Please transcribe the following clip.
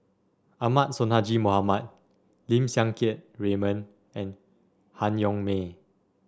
Ahmad Sonhadji Mohamad Lim Siang Keat Raymond and Han Yong May